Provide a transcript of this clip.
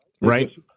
Right